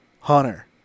Hunter